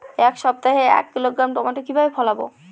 এক সপ্তাহে এক কিলোগ্রাম টমেটো কিভাবে ফলাবো?